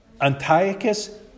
Antiochus